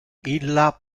illa